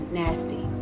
nasty